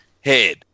head